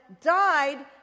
died